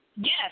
Yes